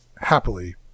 happily